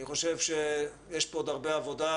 אני חושב שיש פה עוד הרבה עבודה,